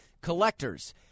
Collectors